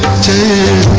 to